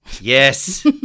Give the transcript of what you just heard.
Yes